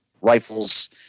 rifles